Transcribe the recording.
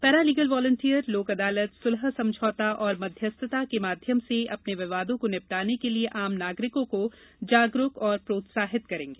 para legal volunteer लोक अदालत सुलह समझौता और मध्यस्थता के माध्यम से अपने विवादों को निपटाने के लिये आम नागरिकों को जागरूक और प्रोत्साहित करेंगे